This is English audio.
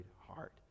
heart